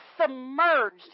submerged